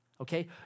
okay